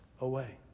away